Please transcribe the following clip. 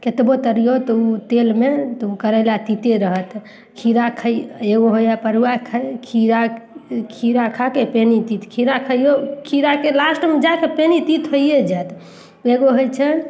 केतबो तरियौ तऽ ओ तेलमे तऽ ओ करैला तीते रहत खीरा खइ खीरा खीरा खाके पेनी तीत खीरा खाइयौ खीराके लास्टमे जा कऽ पेनी तीत होइये जायत एगो होइ छै